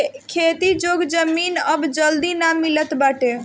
खेती योग्य जमीन अब जल्दी ना मिलत बाटे